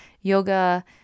Yoga